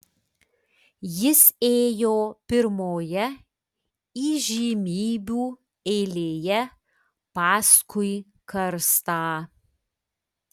jis ėjo pirmoje įžymybių eilėje paskui karstą